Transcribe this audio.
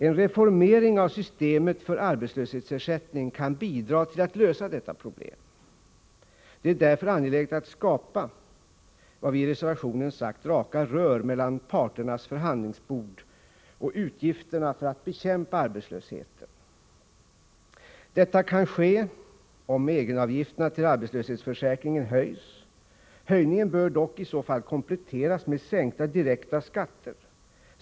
En reformering av systemet för arbetslöshetsersättning kan bidra till att lösa detta problem. Det är därför angeläget att skapa vad vi i reservationen kallat ”raka rör” mellan parternas förhandlingsbord och utgifterna för att bekämpa arbetslösheten. Detta kan ske om egenavgifterna till arbetslöshetsförsäkringen höjs. Höjningen bör dock i så fall kompletteras med sänkta direkta skatter.